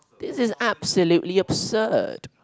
this is absolutely absurd